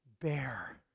bear